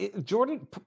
Jordan